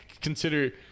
Consider